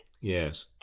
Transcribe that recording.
Yes